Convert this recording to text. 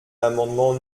l’amendement